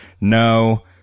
no